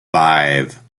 five